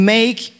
make